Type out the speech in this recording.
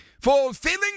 fulfilling